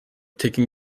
taking